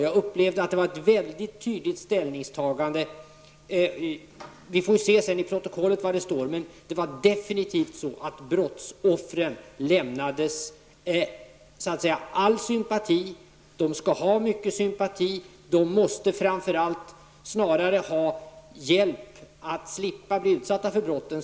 Jag uppfattade detta som ett väldigt tydligt ställningstagande -- vi kan kontrollera efteråt vad det står i protokollet. Jerry Martinger sade att brottsoffren skall ha all sympati -- de skall också ha mycket sympati eller snarare hjälp att slippa att bli utsatta för brott.